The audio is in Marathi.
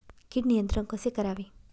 कीड नियंत्रण कसे करावे?